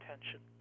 attention